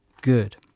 good